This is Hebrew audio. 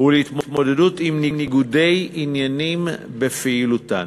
ולהתמודדות עם ניגודי עניינים בפעילותן.